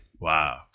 Wow